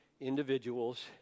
individuals